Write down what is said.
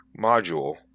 module